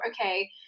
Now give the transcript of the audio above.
okay